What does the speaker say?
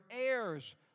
heirs